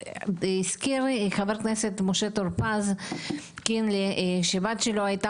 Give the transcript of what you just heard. הזכיר חבר הכנסת משה טור פז שהבת שלו הייתה